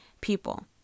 people